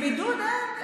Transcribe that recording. עם בידוד אין בעיה.